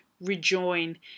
rejoin